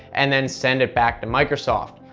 and then send it back to microsoft.